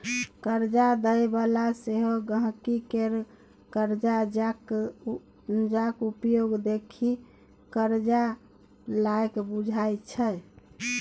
करजा दय बला सेहो गांहिकी केर करजाक उपयोग देखि करजा लायक बुझय छै